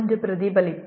ஒன்று பிரதிபலிப்பு